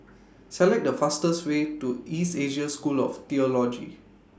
Select The fastest Way to East Asia School of Theology